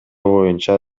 боюнча